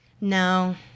No